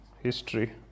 History